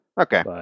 okay